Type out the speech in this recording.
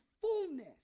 fullness